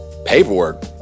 Paperwork